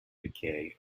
decay